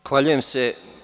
Zahvaljujem se.